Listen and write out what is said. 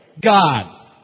God